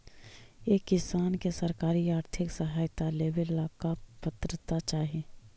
एक किसान के सरकारी आर्थिक सहायता लेवेला का पात्रता चाही?